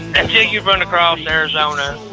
until you've run across arizona,